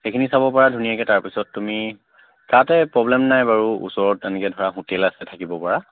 সেইখিনি চাব পৰা ধুনীয়াকৈ তাৰ পিছত তুমি তাতে প্ৰব্লেম নাই বাৰু ওচৰত তেনেকৈ ধৰা হোটেল আছে থাকিব পৰা